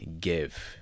give